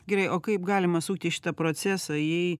gerai o kaip galima sukti šitą procesą jei